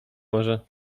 może